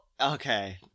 okay